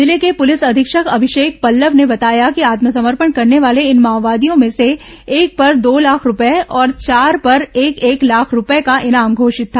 जिले के पुलिस अधीक्षक अभिषेक पल्लव ने बताया कि आत्मसमर्पण करने वाले इन माओवादियों में से एक पर दो लाखे रूपये और चार पर एक एक लाख रूपये का इनाम घोषित था